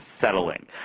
settling